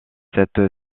cette